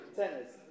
tennis